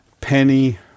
penny